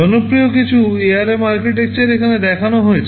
জনপ্রিয় কিছু ARM architecture এখানে দেখানো হয়েছে